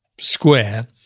square